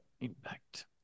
impact